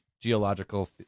geological